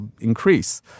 increase